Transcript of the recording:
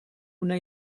una